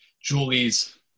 Julie's